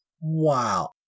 Wow